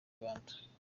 rwanda